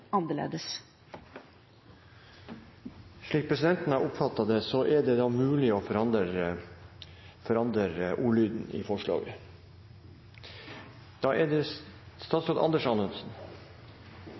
annerledes. Slik presidenten har oppfattet det, er det mulig å forandre ordlyden i forslaget.